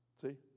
See